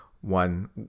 one